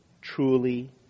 truly